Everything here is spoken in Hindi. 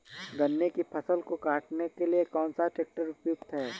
गन्ने की फसल को काटने के लिए कौन सा ट्रैक्टर उपयुक्त है?